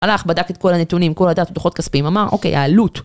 הלך, בדק את כל הנתונים, כל הדף ודוחות כספים, אמר, אוקיי, העלות.